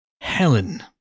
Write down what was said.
Helen